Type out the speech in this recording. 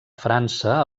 frança